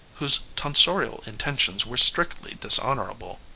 whose tonsorial intentions were strictly dishonorable,